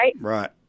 right